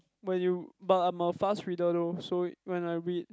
when you but I'm a fast reader though so when I read